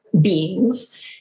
beings